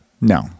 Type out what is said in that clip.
No